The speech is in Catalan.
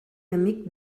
amic